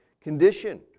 condition